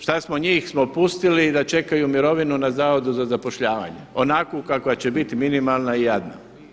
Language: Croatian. Šta smo njih pustili da čekaju mirovinu na Zavodu za zapošljavanje onakvu kakva će bit minimalna i jadna.